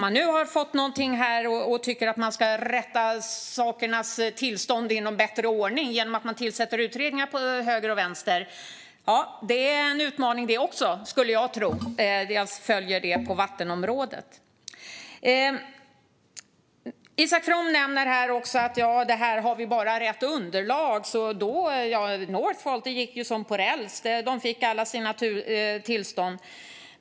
Att nu försöka rätta till sakernas tillstånd och få en bättre ordning genom att tillsätta utredningar till höger och vänster är också en utmaning, skulle jag tro då jag följer detta på vattenområdet. Isak From säger här att man bara behöver ha bättre underlag. För Northvolt gick det ju som på räls. De fick alla sina tillstånd.